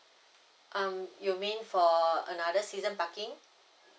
um you mean for another season parking